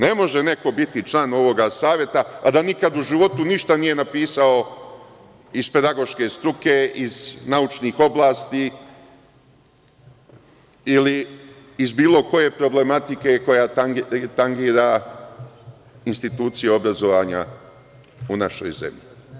Ne može neko biti član ovoga saveta, a da nikada u životu ništa nije napisao iz pedagoške struke, iz naučnih oblasti ili iz bilo koje problematike koja tangira institucije obrazovanja u našoj zemlji.